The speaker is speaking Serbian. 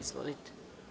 Izvolite.